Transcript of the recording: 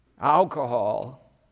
alcohol